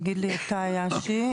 תגיד לי אתה יאשי.